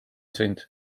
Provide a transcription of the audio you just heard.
sind